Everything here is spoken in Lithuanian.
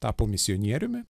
tapo misionieriumi